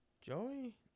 Joey